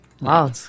Wow